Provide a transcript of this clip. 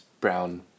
brown